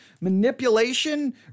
manipulation